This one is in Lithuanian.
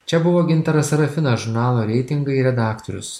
čia buvo gintaras serafinas žurnalo reitingai redaktorius